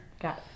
Got